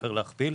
שבוחר להכפיל.